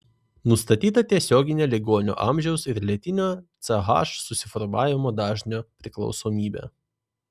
nustatyta tiesioginė ligonio amžiaus ir lėtinio ch susiformavimo dažnio priklausomybė